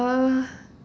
uh